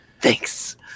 Thanks